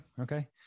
Okay